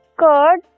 curd